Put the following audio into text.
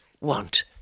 want